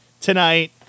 tonight